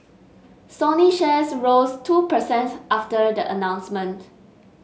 Sony shares rose two per cent after the announcement